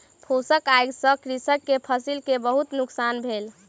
फूसक आइग से कृषक के फसिल के बहुत नुकसान भेल